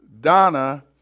Donna